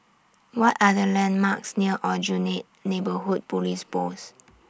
What Are The landmarks near Aljunied Neighbourhood Police Post